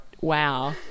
Wow